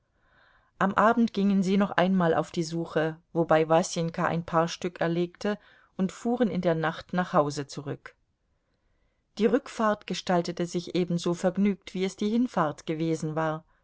am abend gingen sie noch einmal auf die suche wobei wasenka ein paar stück erlegte und fuhren in der nacht nach hause zurück die rückfahrt gestaltete sich ebenso vergnügt wie es die hinfahrt gewesen war